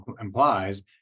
implies